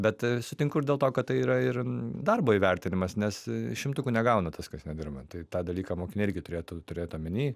bet sutinku ir dėl to kad tai yra ir darbo įvertinimas nes šimtukų negauna tas kas nedirba tai tą dalyką mokiniai irgi turėtų turėt omeny